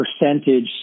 percentage